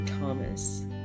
Thomas